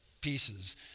pieces